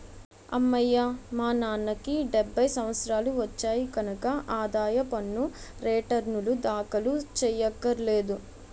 అమ్మయ్యా మా నాన్నకి డెబ్భై సంవత్సరాలు వచ్చాయి కనక ఆదాయ పన్ను రేటర్నులు దాఖలు చెయ్యక్కర్లేదు